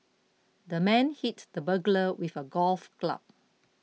the man hit the burglar with a golf club